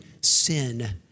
Sin